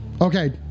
okay